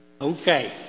okay